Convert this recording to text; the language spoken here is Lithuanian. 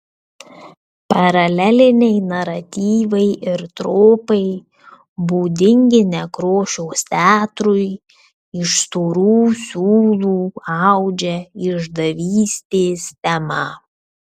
paraleliniai naratyvai ir tropai būdingi nekrošiaus teatrui iš storų siūlų audžia išdavystės temą